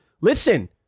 listen